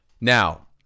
Now